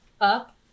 up